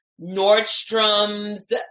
Nordstrom's